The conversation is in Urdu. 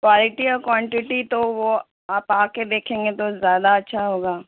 کوالٹی اور کوانٹیٹی تو وہ آپ آ کے دیکھیں گے تو زیادہ اچھا ہوگا